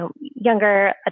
younger